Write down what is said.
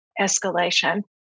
escalation